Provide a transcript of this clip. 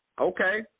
Okay